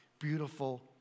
beautiful